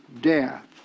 death